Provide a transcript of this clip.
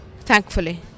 thankfully